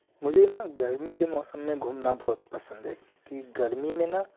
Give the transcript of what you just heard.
मुझे ना गर्मी के मौसम में घूमना बहुत पसंद है की गर्मी में ना